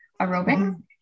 aerobic